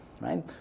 right